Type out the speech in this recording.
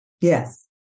Yes